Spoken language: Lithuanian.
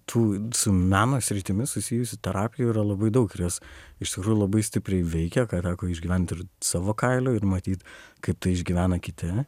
tų su meno sritimi susijusių terapijų yra labai daug ir jos iš tikrųjų labai stipriai veikia ką teko išgyvent ir savo kailiu ir matyt kai tai išgyvena kiti